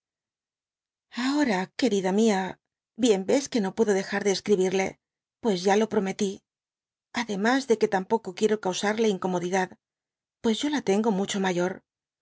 ahora querida mia bien vés que no puedo dejar de escribirle pues ya lo prometí á demas de que tampoco quiero causarle incomodidad pues yo la tengo mucho mayor